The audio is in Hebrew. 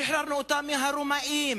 שחררנו אותה מהרומאים,